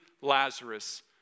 Lazarus